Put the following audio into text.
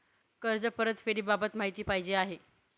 कर्ज परतफेडीबाबत माहिती पाहिजे आहे